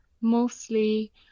Mostly